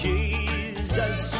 Jesus